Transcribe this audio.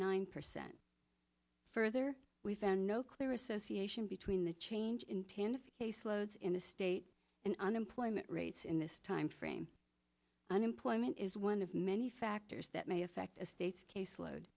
nine percent further we found no clear association between the change in tandem case loads in the state and unemployment rates in this time frame unemployment is one of many factors that may affect the state's caseload